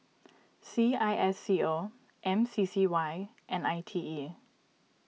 C I S C O M C C Y and I T E